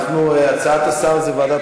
הצעת השר היא ועדת